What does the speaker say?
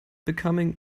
becoming